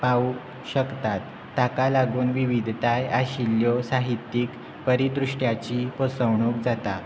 पावूंक शकतात ताका लागून विविधताय आशिल्ल्यो साहित्यीक परिदृश्ट्याची पसवणूक जाता